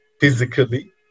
physically